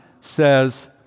says